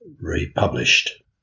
republished